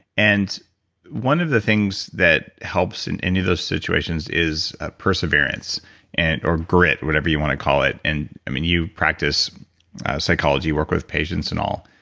and one of the things that helps in any of those situations is ah perseverance and or grit, whatever you want to call it and i mean you practice psychology. you work with patients and all.